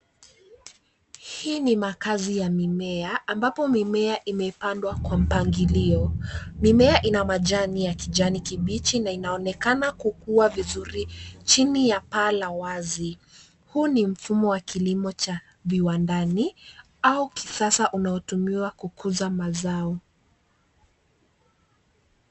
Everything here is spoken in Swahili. Hii ni makazi ya mimea ambapo mimea imepandwa kwa mpangilio. Mimea ina majani ya kijani kibichi na inaonekana kukua vizuri chini ya paa la wazi. Huu ni mfumo wa kilimo cha viwandani au kisasa unaotumiwa kukuza mazao.